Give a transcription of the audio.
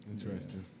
Interesting